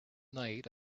night